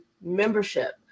membership